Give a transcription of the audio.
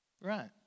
Right